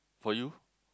for you